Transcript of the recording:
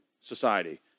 society